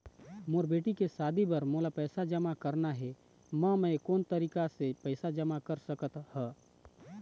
मोर बेटी के शादी बर मोला पैसा जमा करना हे, म मैं कोन तरीका से पैसा जमा कर सकत ह?